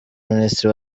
minisitiri